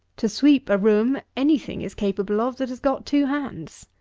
to sweep a room any thing is capable of that has got two hands.